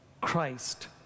Christ